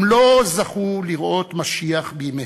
הם לא זכו לראות משיח בימיהם,